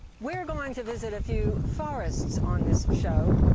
we're going to visit a few forests on this show.